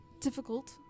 difficult